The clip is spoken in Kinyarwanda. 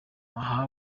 aha